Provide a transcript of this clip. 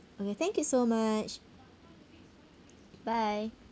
okay thank you so much bye